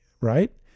Right